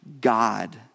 God